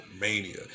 Mania